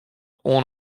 oan